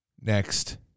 Next